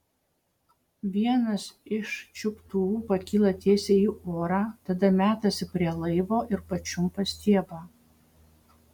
vienas iš čiuptuvų pakyla tiesiai į orą tada metasi prie laivo ir pačiumpa stiebą